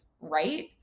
right